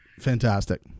Fantastic